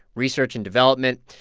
research and development.